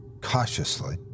cautiously